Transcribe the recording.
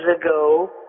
ago